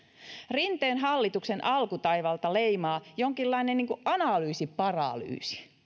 rinteen hallituksen alkutaivalta leimaa jonkinlainen analyysiparalyysi